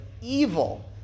evil